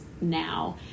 now